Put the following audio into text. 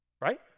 Right